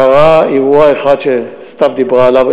קרה אירוע אחד שסתיו דיברה עליו,